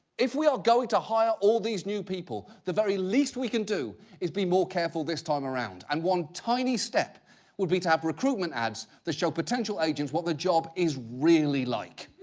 if we are going to hire all these new people, the very least we can do is be more careful this time around. and one tiny step would be to have recruitment ads that show potential agents what the job is really like.